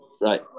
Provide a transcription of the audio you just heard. Right